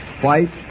White